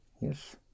yes